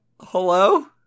Hello